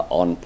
on